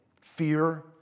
Fear